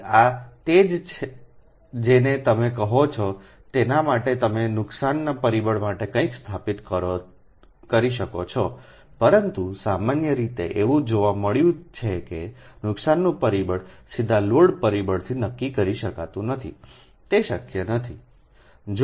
તેથી આ તે છે જેને તમે કહો છો તેના માટે તમે નુકસાનના પરિબળો માટે કંઈક સ્થાપિત કરી શકો છો પરંતુ સામાન્ય રીતે એવું જોવા મળ્યું છે કે નુકસાનનું પરિબળ સીધા લોડ પરિબળથી નક્કી કરી શકાતું નથી તે શક્ય નથી